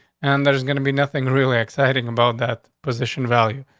and there's gonna be nothing really exciting about that position value.